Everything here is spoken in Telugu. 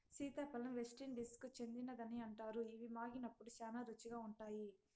సీతాఫలం వెస్టిండీస్కు చెందినదని అంటారు, ఇవి మాగినప్పుడు శ్యానా రుచిగా ఉంటాయి